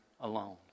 alone